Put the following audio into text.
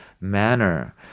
manner